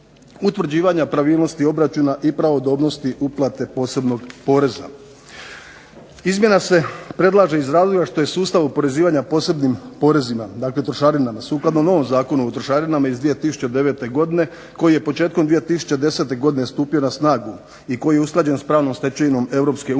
utvrđivanja pravilnosti obračuna i pravodobnosti uplate posebnog poreza. Izmjena se predlaže iz razloga što iz sustava oporezivanja posebnim porezima dakle trošarinama sukladno novom Zakonu o trošarinama iz 2009. godine koji je početkom 2010. godine stupio na snagu i koji je usklađen s pravnom stečevinom EU